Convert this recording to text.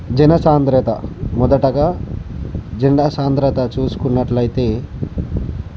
జన సాంద్రత మొదటిగా జనసాంద్రత చూసుకున్నట్టు అయితే